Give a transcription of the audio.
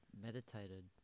meditated